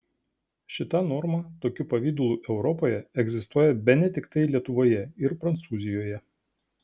šita norma tokiu pavidalu europoje egzistuoja bene tiktai lietuvoje ir prancūzijoje